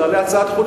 תעלה הצעת חוק,